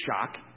shock